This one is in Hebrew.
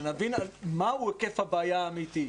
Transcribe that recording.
שנבין מהו היקף הבעיה האמיתי.